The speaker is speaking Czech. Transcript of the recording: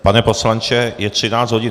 Pane poslanče, je 13 hodin.